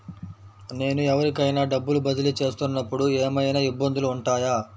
నేను ఎవరికైనా డబ్బులు బదిలీ చేస్తునపుడు ఏమయినా ఇబ్బందులు వుంటాయా?